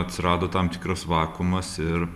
atsirado tam tikras vakuumas ir